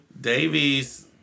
Davies